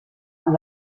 amb